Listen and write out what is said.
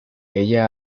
ella